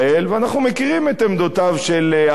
ואנחנו מכירים את עמדותיו של אריה דרעי,